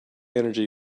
energy